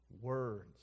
words